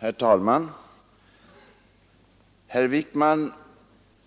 Herr talman! Herr Wijkman